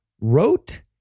wrote